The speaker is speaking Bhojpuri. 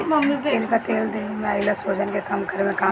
तिल कअ तेल देहि में आइल सुजन के कम करे में काम देला